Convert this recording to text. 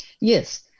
yes